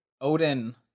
Odin